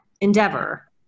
endeavor